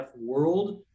World